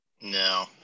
No